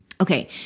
Okay